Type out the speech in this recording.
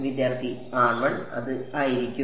വിദ്യാർത്ഥി അത് ആയിരിക്കും